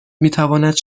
میتواند